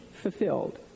fulfilled